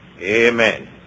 Amen